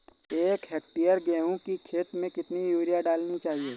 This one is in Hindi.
एक हेक्टेयर गेहूँ की खेत में कितनी यूरिया डालनी चाहिए?